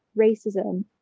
racism